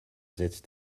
setzt